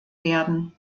werden